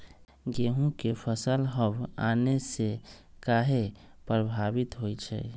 गेंहू के फसल हव आने से काहे पभवित होई छई?